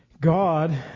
God